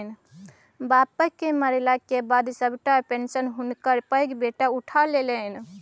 बापक मरलाक बाद सभटा पेशंन हुनकर पैघ बेटा उठा लेलनि